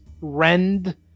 rend